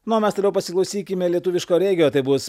na o mes toliau pasiklausykime lietuviško regio tai bus